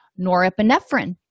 norepinephrine